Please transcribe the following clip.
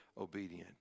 obedient